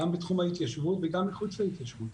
גם בתחום ההתיישבות וגם מחוץ להתיישבות.